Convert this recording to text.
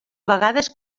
vegades